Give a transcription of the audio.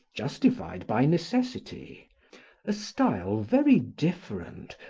justified by necessity a style very different,